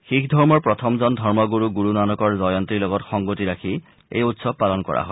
শিখ ধৰ্মৰ প্ৰথমজন ধৰ্মগুৰু গুৰু নানকৰ জয়ন্তীৰ লগত সংগতি ৰাখি এই উৎসৱ পালন কৰা হয়